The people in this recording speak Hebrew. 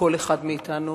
כל אחד מאתנו.